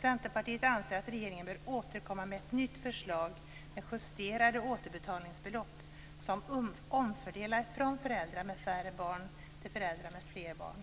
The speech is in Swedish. Centerpartiet anser att regeringen bör återkomma med ett nytt förslag med justerade återbetalningsbelopp som omfördelar från föräldrar med färre barn till föräldrar med flera barn.